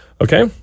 Okay